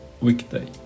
weekday